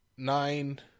Nine